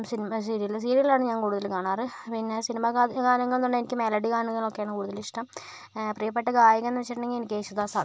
cinema serial സീരിയലാണ് ഞാൻ കൂടുതല് കാണാറ് പിന്നെ സിനിമാ ഗാന ഗാനങ്ങൾ എന്നു പറഞ്ഞാൽ എനിക്ക് മെലഡി ഗാനങ്ങളൊക്കെയാണ് കൂടുതലിഷ്ട്ടം പ്രിയപ്പെട്ട ഗായകൻ എന്നു വെച്ചിട്ടുണ്ടെങ്കിൽ എനിക്ക് യേശുദാസാണ്